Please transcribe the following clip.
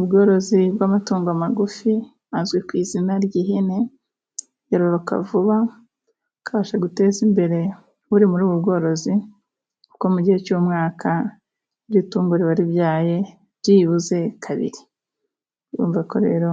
Ubworozi bw'amatungo magufi azwi ku izina ry'ihene, yororoka vuba bwaje guteza imbere uri muri ubwo bworozi, kuko mu gihe cy'umwaka iryo tungo riba ribyaye byibuze kabiri. Urumva ko rero